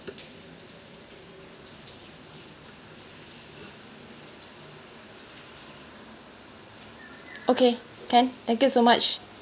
okay can thank you so much